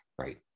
right